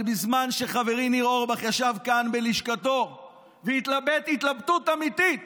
אבל בזמן שחברי ניר אורבך ישב כאן בלשכתו והתלבט התלבטות אמיתית